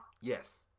Yes